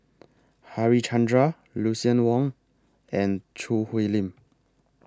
Harichandra Lucien Wang and Choo Hwee Lim